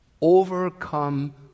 overcome